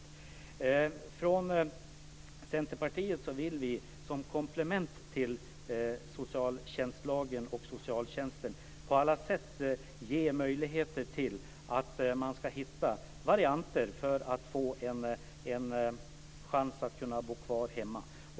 Vi i Centerpartiet vill som komplement till socialtjänstlagen och socialtjänsten på alla sätt ge möjligheter att hitta varianter som ger äldre personer en chans att kunna bo kvar hemma.